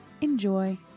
enjoy